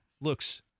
looks